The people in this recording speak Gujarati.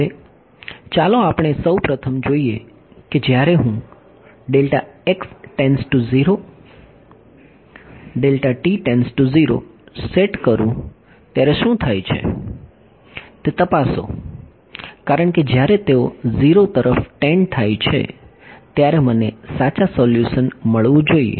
હવે ચાલો આપણે સૌ પ્રથમ જોઈએ કે જ્યારે હું સેટ કરું ત્યારે શું થાય છે તે તપાસો કારણ કે જ્યારે તેઓ 0 તરફ ટેન્ડ થાય છે ત્યારે મને સાચો સોલ્યુશન મળવો જોઈએ